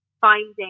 finding